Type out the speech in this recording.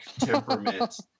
temperament